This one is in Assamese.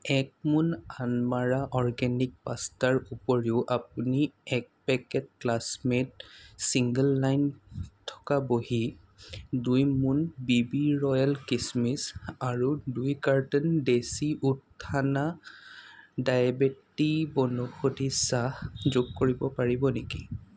এক মোনা অন্মাৰা অৰ্গেনিক পাষ্টাৰ উপৰিও আপুনি এক পেকেট ক্লাছমেট চিংগল লাইন থকা বহী দুই মোন বিবি ৰ'য়েল কিচমিচ আৰু দুই কাৰ্টন দেশী উত্থানা ডায়েবেটিক বনৌষধি চাহ যোগ কৰিব পাৰিব নেকি